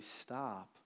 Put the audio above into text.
stop